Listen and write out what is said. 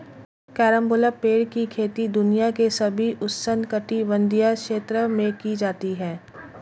carambola पेड़ की खेती दुनिया के सभी उष्णकटिबंधीय क्षेत्रों में की जाती है